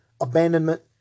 abandonment